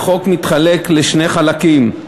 החוק מתחלק לשני חלקים: